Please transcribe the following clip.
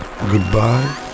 Goodbye